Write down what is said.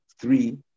three